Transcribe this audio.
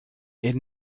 elle